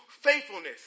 faithfulness